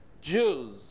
Jews